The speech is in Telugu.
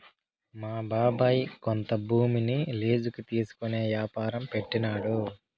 మా బాబాయ్ కొంత భూమిని లీజుకి తీసుకునే యాపారం పెట్టినాడు